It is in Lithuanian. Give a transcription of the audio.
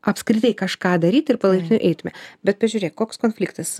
apskritai kažką daryt ir palaipsniui eitume bet pažiūrėk koks konfliktas